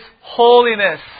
holiness